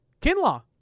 Kinlaw